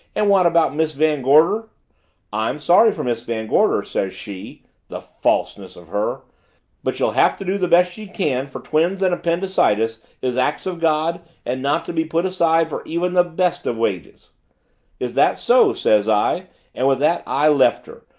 and what about miss van gorder i'm sorry for miss van gorder says she the falseness of her but she'll have to do the best she can for twins and appendycitis is acts of god and not to be put aside for even the best of wages is that so says i and with that i left her,